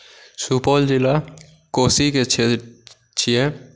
सुपौल जिला कोशीके छियै